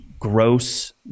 gross